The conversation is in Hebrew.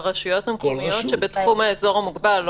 הרשויות המקומיות שבתחום האזור המוגבל,